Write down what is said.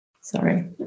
sorry